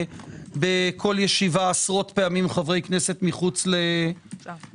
בכל ישיבה עשרות פעמים חברי כנסת מחוץ לאולם.